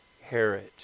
Herod